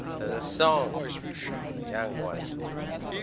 there's a song the young ones will probably.